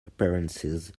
appearances